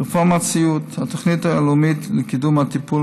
רפורמת הסיעוד: התוכנית הלאומית לקידום הטיפול